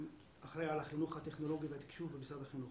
אני אחראי על החינוך הטכנולוגי והתקשוב במשרד החינוך,